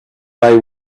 they